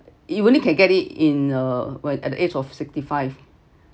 you only can get it in uh when at the age of sixty five